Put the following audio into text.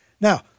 Now